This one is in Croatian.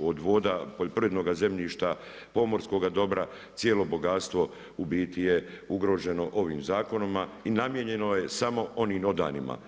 od voda, poljoprivrednoga zemljišta, pomorskoga dobra, cijelo bogatstvo u biti je ugroženo ovim zakonima i namijenjeno je samo onim odanima.